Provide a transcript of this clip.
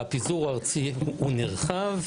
הפיזור הארצי נרחב.